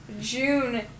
June